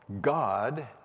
God